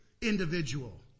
individual